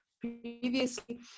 previously